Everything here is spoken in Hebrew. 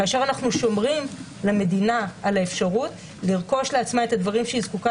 כאשר אנחנו שומרים למדינה על האפשרות לרכוש לעצמה את הדברים שהיא זקוקה